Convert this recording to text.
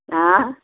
आं